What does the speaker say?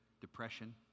depression